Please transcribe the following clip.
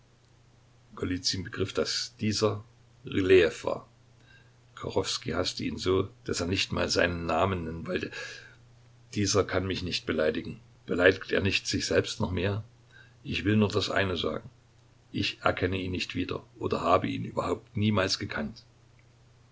begriff daß dieser rylejew war kachowskij haßte ihn so daß er nicht mal seinen namen nennen wollte dieser kann mich nicht beleidigen beleidigt er nicht sich selbst noch mehr ich will nur das eine sagen ich erkenne ihn nicht wieder oder habe ihn überhaupt niemals gekannt